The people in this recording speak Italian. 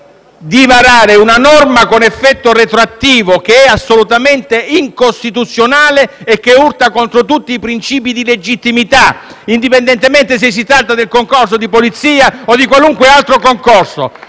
il problema è di varare una norma con effetto retroattivo che è assolutamente incostituzionale e che urta contro tutti i principi di legittimità *(Applausi dal Gruppo FI-BP)*, indipendentemente se si tratta del concorso di Polizia o di qualunque altro concorso.